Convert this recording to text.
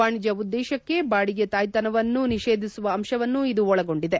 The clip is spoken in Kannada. ವಾಣಿಜ್ಯ ಉದ್ದೇಶಕ್ಕೆ ಬಾಡಿಗೆ ತಾಯ್ತನವನ್ನು ನಿಷೇಧಿಸುವ ಅಂಶವನ್ನು ಇದು ಒಳಗೊಂಡಿದೆ